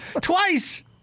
Twice